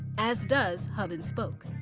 as does hub and spoke.